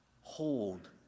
hold